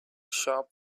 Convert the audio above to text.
shop